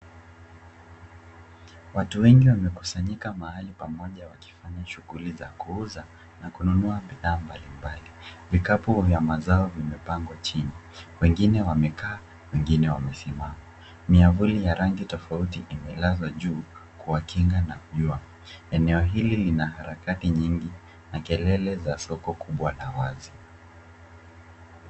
Watu wengi wamekusanyika mahali pamoja wakiwa na shughuli za kuuza na kununua bidhaa mbalimbali. Vikapu vya mazao vimepangwa chini. Wengine wamekaa, wengine wamesimama. Miavuli ya rangi tofauti imelazwa juu kuwakinga na jua. Eneo hili lina harakati nyingi na kelele za soko kubwa la wazi.